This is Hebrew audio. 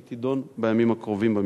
והיא תידון בימים הקרובים במשרד.